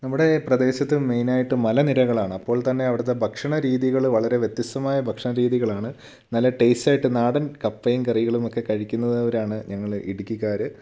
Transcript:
നമ്മുടെ പ്രദേശത്ത് മെയ്നായിട്ട് മലനിരകളാണ് അപ്പോൾ തന്നെ അവിടത്തെ ഭക്ഷണരീതികൾ വളരെ വ്യത്യസ്തമായ ഭക്ഷണരീതികളാണ് നല്ല ടേസ്റ്റായിട്ട് നാടൻ കപ്പേം കറികളുമൊക്കെ കഴിക്കുന്നവരാണ് ഞങ്ങൾ ഇടുക്കിക്കാർ